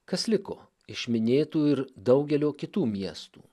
kas liko iš minėtų ir daugelio kitų miestų